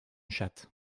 chatte